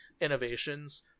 innovations